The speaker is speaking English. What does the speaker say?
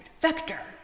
Vector